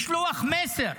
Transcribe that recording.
לשלוח מסר.